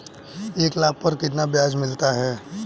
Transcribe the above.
एक लाख पर कितना ब्याज मिलता है?